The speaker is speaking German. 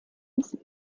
wissen